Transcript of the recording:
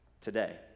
today